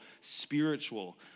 spiritual